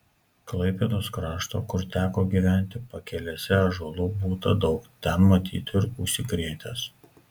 klaipėdos krašto kur teko gyventi pakelėse ąžuolų būta daug ten matyt ir užsikrėtęs